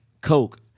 Coke